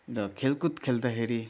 र खेलकुद खेल्दाखेरि